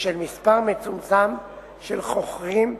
של מספר מצומצם של חוכרים,